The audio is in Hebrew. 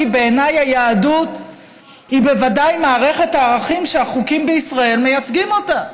כי בעיניי היהדות היא בוודאי מערכת ערכים שהחוקים בישראל מייצגים אותה.